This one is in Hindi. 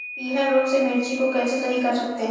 पीहर रोग से मिर्ची को कैसे सही कर सकते हैं?